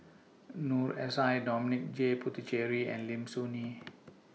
Noor S I Dominic J Puthucheary and Lim Soo Ngee